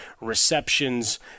receptions